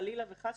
חלילה וחס,